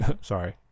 sorry